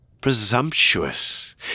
Presumptuous